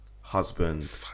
husband